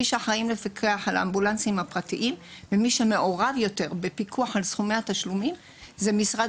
מי שאחראים ומי שמעורב בפיקוח על סכומי התשלום הוא משרד